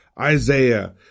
Isaiah